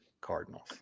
Cardinals